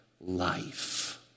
life